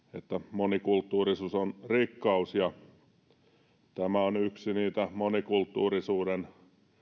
monikulttuurisuus on rikkaus ja tämä on yksi niitä monikulttuurisuuden